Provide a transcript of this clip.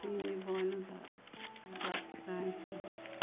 ചീഞ്ഞ് പോകാനും ചാൻസ് ഉണ്ട്